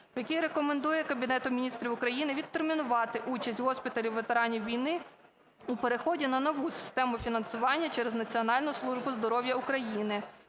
якій рекомендує Кабінету Міністрів України відтермінувати участь госпіталів ветеранів війни у переході на нову систему фінансування через Національну службу здоров'я України